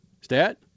Stat